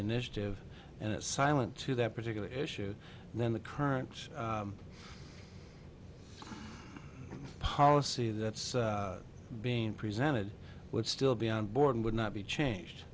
initiative and silent to that particular issue then the current policy that's being presented would still be on board and would not be changed